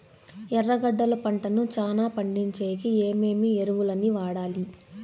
ఎర్రగడ్డలు పంటను చానా పండించేకి ఏమేమి ఎరువులని వాడాలి?